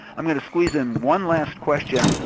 i'm gonna squeeze in one last question.